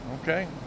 Okay